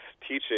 teaching